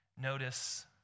Notice